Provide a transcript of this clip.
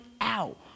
out